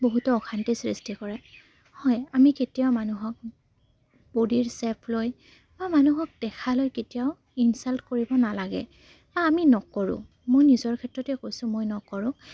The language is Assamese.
বহুতো অশান্তি সৃষ্টি কৰে হয় আমি কেতিয়াও মানুহক ব'ডিৰ শ্বেপ লৈ বা মানুহক দেখা লৈ কেতিয়াও ইনচাল্ট কৰিব নালাগে বা আমি নকৰোঁ মই নিজৰ ক্ষেত্ৰতে কৈছোঁ মই নকৰোঁ